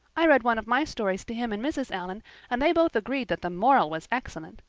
i read one of my stories to him and mrs. allan and they both agreed that the moral was excellent.